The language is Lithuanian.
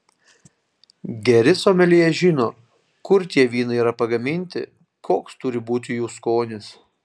geri someljė žino kur tie vynai yra pagaminti koks turi būti jų skonis